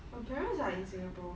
her parents are in singapore